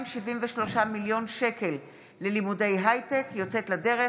תוכנית של 273 מיליון שקל ללימודי הייטק יוצאת לדרך.